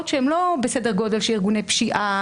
שהן לא בסדר גודל של ארגוני פשיעה המקובלים.